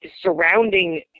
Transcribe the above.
surrounding